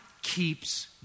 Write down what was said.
Keeps